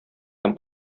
һәм